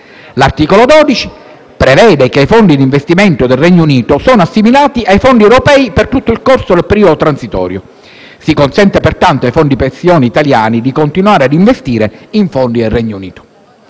L'articolo 12 prevede che i fondi d'investimento del Regno Unito siano assimilati a quelli europei per tutto il corso del periodo transitorio. Si consente pertanto ai fondi pensione italiani di continuare ad investire in fondi del Regno Unito.